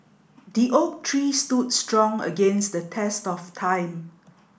the oak tree stood strong against the test of time